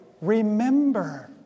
remember